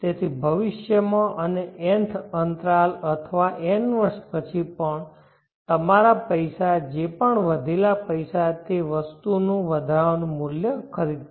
તેથી ભવિષ્યમાં અને nth અંતરાલ અથવા n વર્ષ પછી પણ તમારા પૈસા જે પણ વધેલા પૈસા તે વસ્તુનું વધારાનું મૂલ્ય ખરીદશે